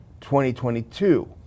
2022